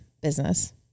business